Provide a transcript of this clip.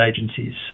agencies